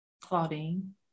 Claudine